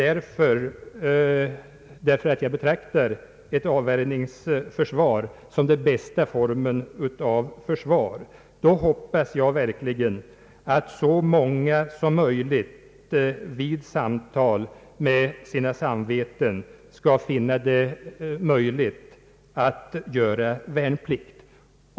Eftersom jag betraktar ett avvärjningsförsvar som den bästa formen av försvar, hoppas jag verkligen att så många som möjligt i samtal med sina samveten skall finna det möjligt att göra värnplikt.